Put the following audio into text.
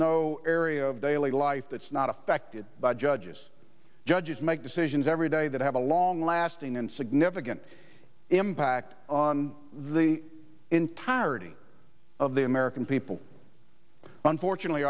no area of daily life that's not affected by judges judges make decisions every day that have a long lasting and significant impact on the entirety of the american people unfortunately